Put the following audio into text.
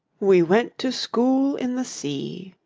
we went to school in the sea.